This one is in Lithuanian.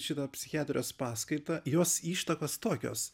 šitą psichiatrijos paskaitą jos ištakos tokios